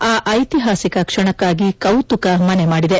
ಆ ಐತಿಹಾಸಿಕ ಕ್ಷಣಕ್ನಾಗಿ ಕೌತುಕ ಮನೆ ಮಾಡಿದೆ